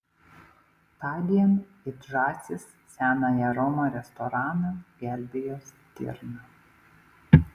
tądien it žąsys senąją romą restoraną gelbėjo stirna